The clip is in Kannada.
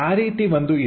ಆ ರೀತಿ ಒಂದು ಇದೆ